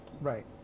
Right